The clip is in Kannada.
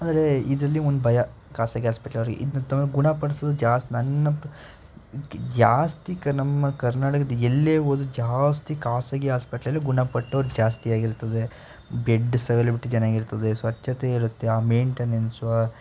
ಆದರೆ ಇದ್ರಲ್ಲಿ ಒಂದು ಭಯ ಖಾಸಗಿ ಹಾಸ್ಪಿಟ್ಲವರ್ಗೆ ಇದನ್ನು ತಮ್ಮ ಗುಣ ಪಡ್ಸೊದು ಜಾಸ್ತಿ ನನ್ನ ಪ್ರ ಜಾಸ್ತಿ ಕ ನಮ್ಮ ಕರ್ನಾಟಕದ ಎಲ್ಲೇ ಹೋದ್ರೂ ಜಾಸ್ತಿ ಖಾಸಗಿ ಹಾಸ್ಪಿಟ್ಲಲ್ಲೆ ಗುಣಪಟ್ಟೋರು ಜಾಸ್ತಿಯಾಗಿರ್ತದೆ ಬೆಡ್ಡ್ಸ್ ಅವ್ಲೆಬಿಟಿ ಚೆನ್ನಾಗಿರುತ್ತದೆ ಸ್ವಚ್ಚತೆ ಇರುತ್ತೆ ಆ ಮೇಂಟೆನೆನ್ಸೂ